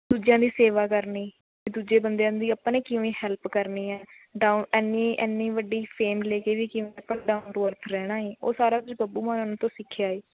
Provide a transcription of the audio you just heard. ਦੂਜਿਆਂ ਦੀ ਸੇਵਾ ਕਰਨੀ ਅਤੇ ਦੂਜੇ ਬੰਦਿਆਂ ਦੀ ਆਪਾਂ ਨੇ ਕਿਵੇਂ ਹੈਲਪ ਕਰਨੀ ਹੈ ਡਾਊ ਐਂਨੀ ਐਂਨੀ ਵੱਡੀ ਫੇਮ ਲੈ ਕੇ ਵੀ ਕਿਵੇਂ ਆਪਾਂ ਡਾਊਂਨ ਟੂ ਅਰਥ ਰਹਿਣਾ ਹੈ ਉਹ ਸਾਰਾ ਕੁਝ ਬੱਬੂ ਮਾਨ ਤੋਂ ਸਿੱਖਿਆ ਹੈ